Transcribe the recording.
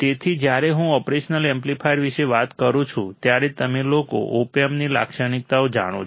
તેથી જ્યારે હું ઓપરેશનલ એમ્પ્લીફાયર વિશે વાત કરું છું ત્યારે તમે લોકો ઓપ એમ્પ ની લાક્ષણિકતાઓ જાણો છો